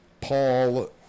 Paul